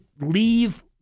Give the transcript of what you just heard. leave